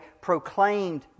proclaimed